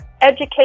education